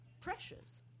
pressures